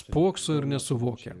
bokso ir nesuvokia